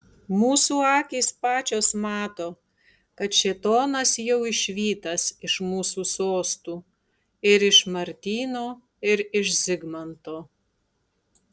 mūsų akys pačios mato kad šėtonas jau išvytas iš mūsų sostų ir iš martyno ir iš zigmanto